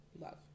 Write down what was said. Love